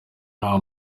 nta